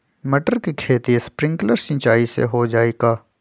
मटर के खेती स्प्रिंकलर सिंचाई से हो जाई का?